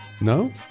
No